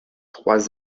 trois